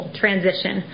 transition